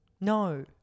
No